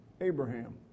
Abraham